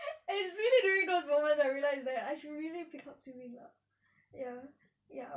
it's really during those moments I realised that I should really pick up swimming lah ya